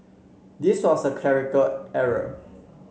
this was a clerical error